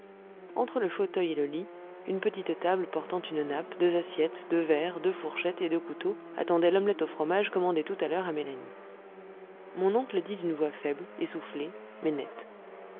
entre le fauteuil et le lit une petite table portant une nappe deux assiettes deux verres deux fourchettes et deux couteaux attendait l'omelette au fromage commandée tout à l'heure à mélanie mon oncle dit d'une voix faible essoufflée mais nette